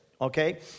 Okay